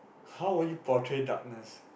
how would you portray darkness